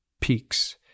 peaks